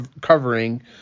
covering